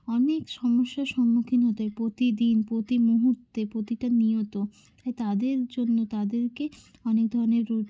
অনেক সমস্যার সম্মুখীন হতে হয় প্রতিদিন প্রতি মুহুর্তে প্রতিটা নিয়ত তাই তাদের জন্য তাদেরকে অনেক ধরনের রু